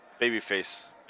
Babyface